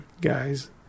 guys